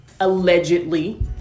allegedly